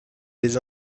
des